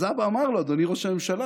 אז אבא אמר לו: אדוני ראש הממשלה,